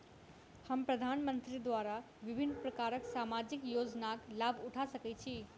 हम प्रधानमंत्री द्वारा विभिन्न प्रकारक सामाजिक योजनाक लाभ उठा सकै छी?